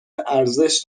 ارزش